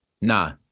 Nah